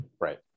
right